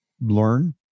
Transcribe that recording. learn